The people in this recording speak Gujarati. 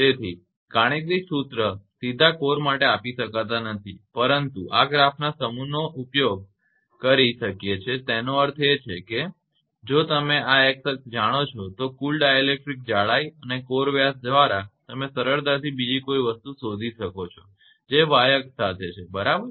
તેથી ગાણિતિક સૂત્ર સીધા કોર માટે આપી શકાતા નથી પરંતુ આ ગ્રાફના સમૂહનો આપણે ઉપયોગ કરી શકીએ છીએ તેનો અર્થ એ છે કે જો તમે આ x અક્ષને જાણો છો તો આ કુલ ડાઇલેક્ટ્રિક જાડાઈ અને કોર વ્યાસ દ્વારા તમે સરળતાથી બીજી કોઇ વસ્તુ શોધી શકો છો જે y અક્ષ સાથે છે બરાબર